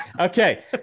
Okay